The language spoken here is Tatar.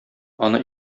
аны